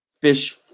fish